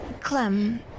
Clem